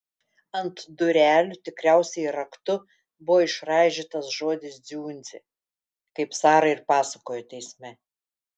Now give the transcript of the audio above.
ant durelių tikriausiai raktu buvo išraižytas žodis dziundzė kaip sara ir pasakojo teisme